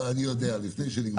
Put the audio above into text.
אני יודע, לפני שנגמר הדיון.